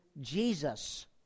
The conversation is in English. Jesus